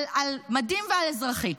על מדים ועל אזרחי,